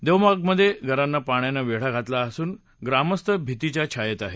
देवबागमध्ये घरांना पाण्यानं वेढा घातला असून ग्रामस्थ भीतीच्या छायेत आहेत